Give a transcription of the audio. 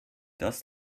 das